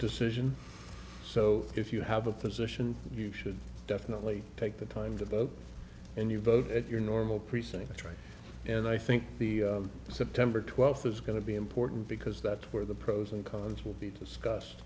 decision so if you have a position you should definitely take the time to vote and you vote at your normal precinct right and i think the september twelfth is going to be important because that's where the pros and cons will be discussed